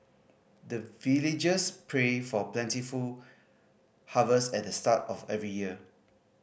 the villagers pray for plentiful harvest at the start of every year